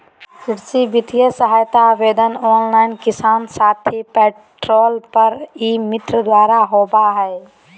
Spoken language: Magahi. कृषि वित्तीय सहायता आवेदन ऑनलाइन किसान साथी पोर्टल पर ई मित्र द्वारा होबा हइ